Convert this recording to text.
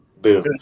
boom